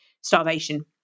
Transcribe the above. starvation